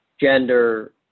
gender